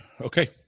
Okay